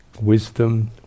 wisdom